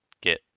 get